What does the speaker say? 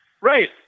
Right